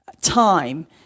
time